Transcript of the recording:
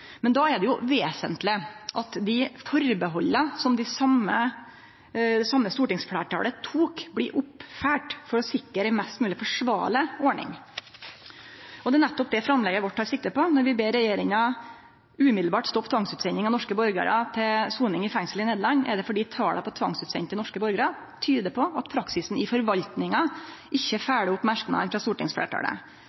Då er det jo vesentleg at dei atterhalda som det same stortingsfleirtalet tok, blir følgde opp for å sikre ei mest mogleg forsvarleg ordning. Det er nettopp det framlegget vårt tek sikte på. Når vi ber regjeringa «umiddelbart stanse tvangsutsendelse av norske statsborgere til soning i fengsel i Nederland», er det fordi talet på tvangsutsende norske borgarar tyder på at praksisen i forvaltninga ikkje